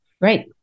Right